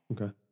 Okay